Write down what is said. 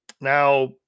Now